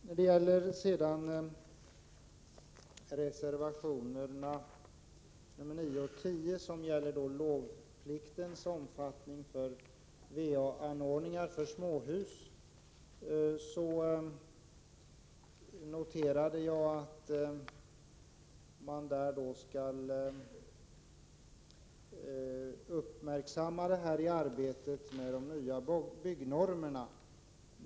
När det sedan gäller reservationerna 9 och 10, om lovpliktens omfattning för va-anordningar för småhus, noterade jag att man skall uppmärksamma saken i arbetet med de nya byggnormerna.